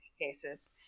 cases